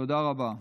תודה רבה.